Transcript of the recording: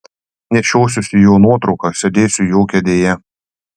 nešiosiuosi jo nuotrauką sėdėsiu jo kėdėje